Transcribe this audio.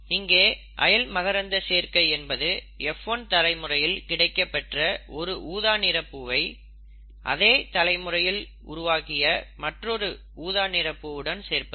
இங்கே அயல் மகரந்தச் சேர்க்கை என்பது F1 தலை முறையில் கிடைக்கப்பெற்ற ஒரு ஊதா நிறப் பூவை அதே தலைமுறையில் உருவாக்கிய மற்றொரு ஊதா நிற பூவுடன் சேர்ப்பது